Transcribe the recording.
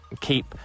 keep